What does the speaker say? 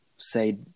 say